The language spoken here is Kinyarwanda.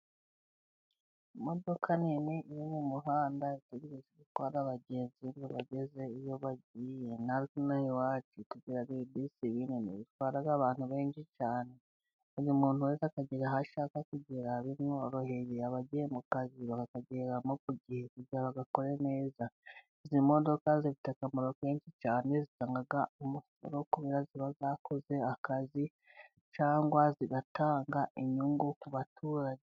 Imodoka nini iri mu muhanda, itegereje gutwara abagenzi ngo ibageze iyo bagiye. Natwe ino aha iwacu tugira ibibisi binini bitwara abantu benshi cyane, buri muntu wese akagera aho ashaka kugera bimworoheye, abagiye mu kazi bakagereramo ku gihe kugira ngo bagakore neza, izi modoka zifite akamaro kenshi cyane zitanga umusoro, kubera ko ziba zakoze akazi cyangwa zigatanga inyungu ku baturage.